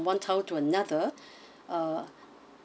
one town to another uh